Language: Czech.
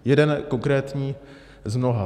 Jeden konkrétní z mnoha.